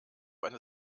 eine